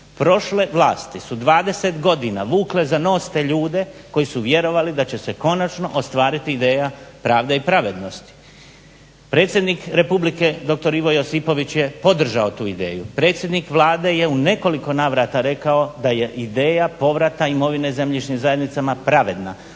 Prošle vlasti su 20 godina vukle za nos te ljude koji su vjerovali da će se konačno ostvariti ideja pravde i pravednosti. Predsjednik Republike dr. Ivo Josipović je podržao tu ideju, predsjednik Vlade je u nekoliko navrata rekao da je ideja povrata imovine zemljišnim zajednicama pravedna.